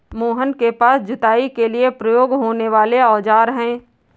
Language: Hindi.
मोहन के पास जुताई के लिए प्रयोग होने वाले औज़ार है